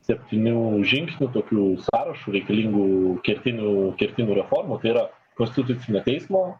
septynių žingsnių tokiu sąrašu reikalingų kertinių kertinių reformų tai yra konstitucinio teismo